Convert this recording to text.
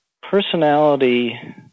personality